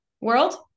world